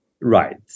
Right